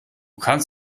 kannst